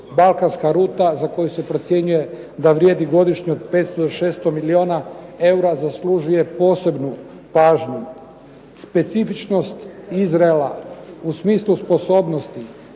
Balkanska ruta za koju se procjenjuje da vrijedi godišnje od 500 do 600 milijuna eura zaslužuje posebnu pažnju. Specifičnost Izraela u smislu sposobnosti,